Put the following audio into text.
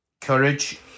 Courage